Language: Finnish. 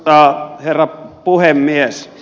arvoisa herra puhemies